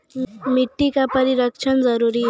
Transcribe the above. मिट्टी का परिक्षण जरुरी है?